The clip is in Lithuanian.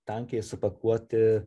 tankiai supakuoti